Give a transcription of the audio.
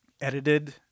edited